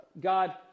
God